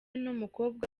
n’umukobwa